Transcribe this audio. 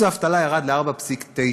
אחוז האבטלה ירד ל-4.9%,